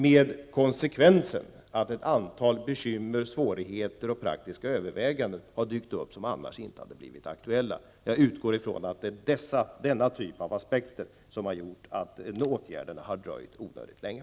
Detta får till konsekvens att ett antal bekrymmer, svårigheter och praktiska överväganden har dykt upp som annars inte skulle ha blivit aktuella. Jag utgår ifrån att det är denna typ av aspekter som har medfört att åtgärderna har dröjt onödigt länge.